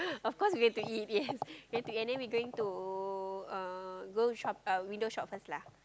of course we going to eat yes we going to eat and then we going to uh go shop uh window shop first lah